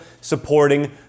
supporting